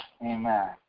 Amen